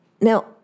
Now